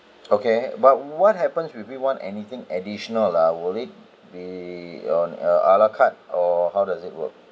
okay but what happens if we want anything additional ah will it be on your a la carte or how does it work